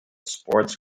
sports